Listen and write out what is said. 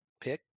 pick